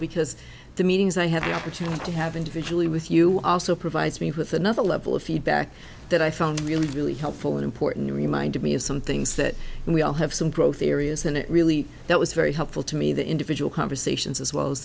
because the meetings i had the opportunity to have individually with you also provides me with another level of feedback that i found really really helpful important reminded me of some things that we all have some growth areas and it really that was very helpful to me the individual conversations as well as